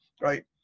right